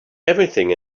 everything